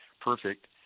perfect